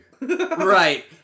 Right